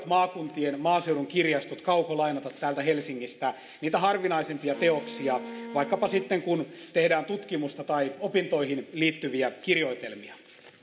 maakuntien maaseudun kirjastot voivat kaukolainata täältä helsingistä niitä harvinaisempia teoksia vaikkapa sitten kun tehdään tutkimusta tai opintoihin liittyviä kirjoitelmia